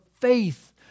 faith